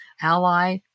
ally